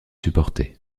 supporté